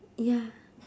ya